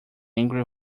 angry